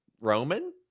Roman